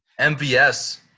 MVS